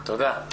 תודה.